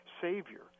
savior